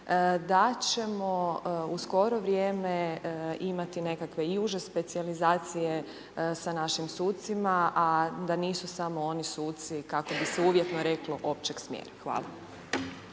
da ćemo u skoro vrijeme imati nekakve i uže specijalizacije sa našim sucima, a da nisu samo oni suci kako bi se uvjetno reklo općeg smjera. Hvala.